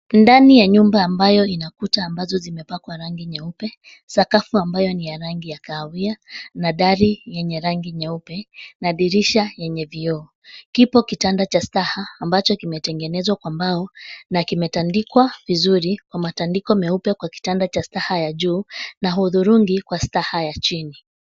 Ndani ya nyumba ambayo inakuta ambazo zimepakwa rangi nyeupe, sakafu ambayo ni ya rangi ya kahawia, na dari yenye rangi nyeupe, na dirisha yenye vioo. Kipo kitanda cha staha ambacho kimetengenezo kwa mbao na kimetandikwa vizuri kwa matandiko meupe kwa kitanda cha staha ya juu na hudhurungi kwa staha ya chini.